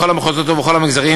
בכל המחוזות ובכל המגזרים,